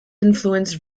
influenced